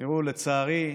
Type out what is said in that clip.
לצערי,